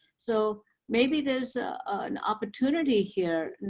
so maybe there's an opportunity here.